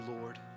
Lord